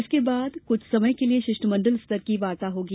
इसके बाद कुछ समय के लिए शिष्टमंडल स्तर की वार्ता होगी